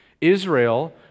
Israel